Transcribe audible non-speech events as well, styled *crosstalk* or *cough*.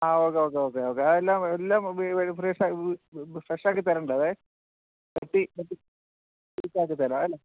ആ okay okay okay okay എല്ലാം എല്ലാം ഫ്രഷ് ആക്കി തരേണ്ടെ അത് വെട്ടി *unintelligible* തരാം അല്ലേ